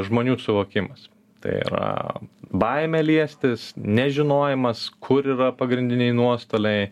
žmonių suvokimas tai yra baimė liestis nežinojimas kur yra pagrindiniai nuostoliai